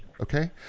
okay